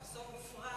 שמהרגע שהמחסום הופרט,